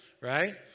right